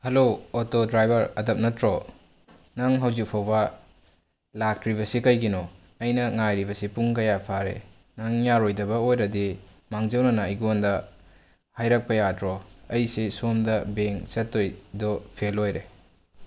hello auto driver ꯑꯗꯠ ꯅꯠꯇ꯭ꯔꯣ ꯅꯪ ꯍꯧꯖꯤꯛ ꯐꯥꯎꯕ ꯂꯥꯛꯇ꯭ꯔꯤꯕꯁꯤ ꯀꯩꯒꯤꯅꯣ ꯑꯩꯅ ꯉꯥꯏꯔꯤꯕꯁꯤ ꯄꯨꯡ ꯀꯌꯥ ꯐꯥꯔꯦ ꯅꯪ ꯌꯥꯔꯣꯏꯗꯕ ꯑꯣꯏꯔꯗꯤ ꯃꯥꯡꯖꯧꯅꯅ ꯑꯩꯉꯣꯟꯗ ꯍꯥꯏꯔꯛꯄ ꯌꯥꯗ꯭ꯔꯣ ꯑꯩꯁꯦ ꯁꯣꯝꯗ ꯕꯦꯡ ꯆꯠꯇꯣꯏꯗꯣ ꯐꯦꯜ ꯑꯣꯏꯔꯦ